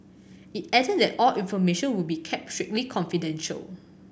it added that all information would be kept strictly confidential